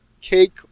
cake